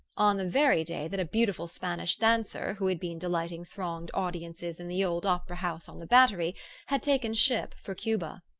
on the very day that a beautiful spanish dancer who had been delighting thronged audiences in the old opera-house on the battery had taken ship for cuba.